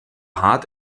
hart